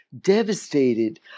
devastated